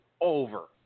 over